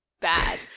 bad